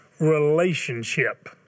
relationship